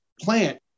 plant